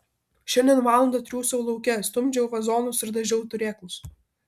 šiandien valandą triūsiau lauke stumdžiau vazonus ir dažiau turėklus